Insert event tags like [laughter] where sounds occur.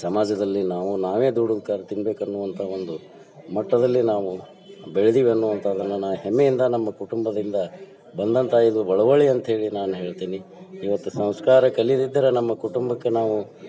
ಸಮಾಜದಲ್ಲಿ ನಾವು ನಾವೇ ದುಡದು [unintelligible] ತಿನ್ಬೇಕು ಅನ್ನುವಂಥ ಒಂದು ಮಟ್ಟದಲ್ಲಿ ನಾವು ಬೆಳ್ದೀವಿ ಅನ್ನುವಂಥದ್ದನ್ನ ನಾ ಹೆಮ್ಮೆಯಿಂದ ನಮ್ಮ ಕುಟುಂಬದಿಂದ ಬಂದಂಥ ಇದು ಬಳುವಳಿ ಅಂತ್ಹೇಳಿ ನಾನು ಹೇಳ್ತೀನಿ ಇವತ್ತು ಸಂಸ್ಕಾರ ಕಲಿದಿದ್ದರೆ ನಮ್ಮ ಕುಟುಂಬಕ್ಕೆ ನಾವು